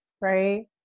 right